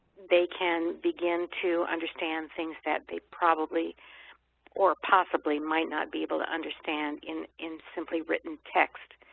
they can begin to understand things that they probably or possibly might not be able to understand in in simply written text.